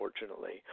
unfortunately